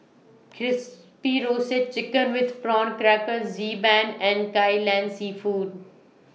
Crispy Roasted Chicken with Prawn Crackers Xi Ban and Kai Lan Seafood